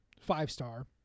five-star